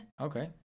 Okay